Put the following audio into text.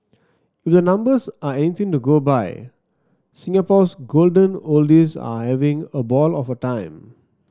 if the numbers are anything to go by Singapore's golden oldies are having a ball of a time